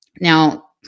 now